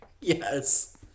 Yes